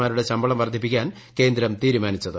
മാരുടെ ശമ്പളം വർദ്ധിപ്പിക്കാൻ കേന്ദ്രം തീരുമാനിച്ചത്